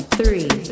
three